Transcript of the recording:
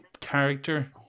character